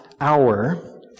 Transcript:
hour